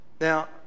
Now